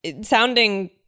sounding